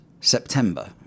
September